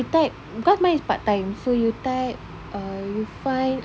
eh type because mine is part time so you type uh so you find